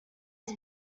was